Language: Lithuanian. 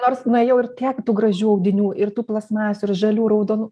nors nuėjau ir tiek tų gražių audinių ir tų plastmasių ir žalių raudonų